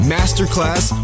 Masterclass